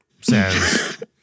says